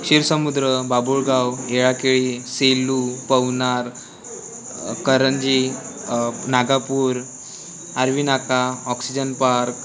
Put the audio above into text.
Shirsamudra Babulgaon Yelakeli Selu Pavnar Karanji Nagapur Arvinaka oxygen park